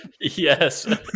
Yes